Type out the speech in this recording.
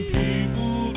people